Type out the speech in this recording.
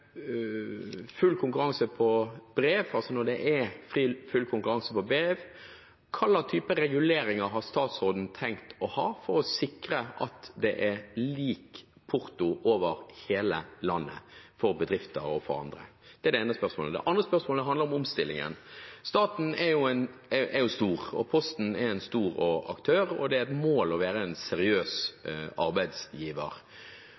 full konkurranse om brev, hva slags reguleringer har statsråden tenkt å ha for å sikre at det er lik porto over hele landet for bedrifter og for andre? Det andre spørsmålet handler om omstillingen. Staten er jo stor, Posten er en stor aktør, og det er et mål å være en seriøs